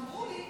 אמרו לי